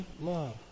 love